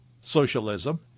socialism